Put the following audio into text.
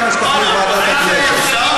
וכמה שתחליט ועדת הכנסת.